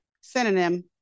Synonym